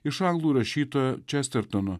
iš anglų rašytojo čestertono